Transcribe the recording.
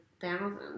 thousands